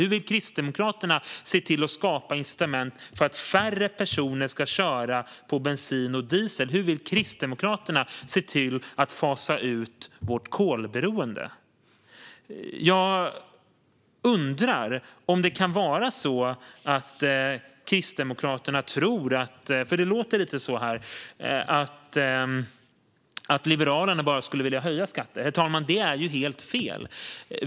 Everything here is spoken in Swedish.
Hur vill Kristdemokraterna se till att skapa incitament för att färre personer ska köra på bensin och diesel? Hur vill Kristdemokraterna se till att fasa ut vårt kolberoende? Jag undrar om Kristdemokraterna tror att Liberalerna bara vill höja skatter. Det låter nämligen lite så. Det är helt fel, herr talman.